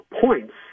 points